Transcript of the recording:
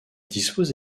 dispose